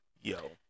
Yo